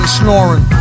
snoring